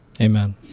Amen